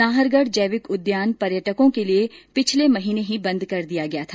नाहरगढ जैविक उद्यान पर्यटकों के लिए पिछले महीने ही बंद कर दिया गया था